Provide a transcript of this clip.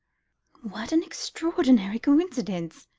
what an extraordinary coincidence.